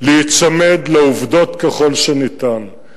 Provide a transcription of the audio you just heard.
להיצמד לעובדות ככל שניתן,